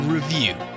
Review